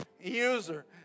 user